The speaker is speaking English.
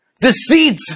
Deceit